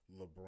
LeBron